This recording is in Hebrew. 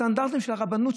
הסטנדרטים של הרבנות,